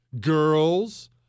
girls